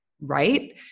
right